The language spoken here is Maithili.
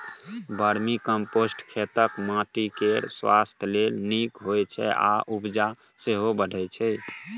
बर्मीकंपोस्ट खेतक माटि केर स्वास्थ्य लेल नीक होइ छै आ उपजा सेहो बढ़य छै